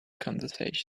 conversation